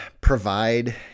provide